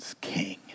king